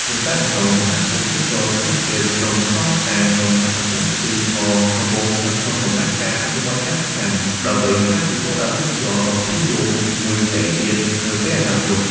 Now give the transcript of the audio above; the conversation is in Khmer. មិនតែប៉ុណ្ណោះ សហគមន៍ទេសចរណ៍ធម្មជាតិភ្នំខ្នងផ្សារ ក្នុងខេត្តកំពង់ស្ពឺក៏កំពុងស្ថិតក្នុងដំណាក់កាលអភិវឌ្ឍន៍យ៉ាងសកម្ម ដើម្បីក្លាយជាគោលដៅទេសចរណ៍ដ៏ពេញនិយមមួយផ្សេងទៀតនៅពេលអនាគត។